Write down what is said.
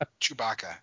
Chewbacca